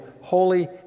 holy